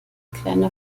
kleine